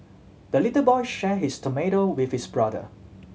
the little boy share his tomato with his brother